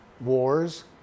Wars